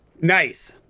Nice